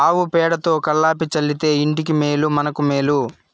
ఆవు పేడతో కళ్లాపి చల్లితే ఇంటికి మేలు మనకు మేలు